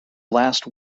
last